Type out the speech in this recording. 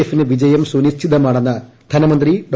എഫിന് വിജയം പാല സുനിശ്ചിതമാണെന്ന് ധനമന്ത്രി ഡോ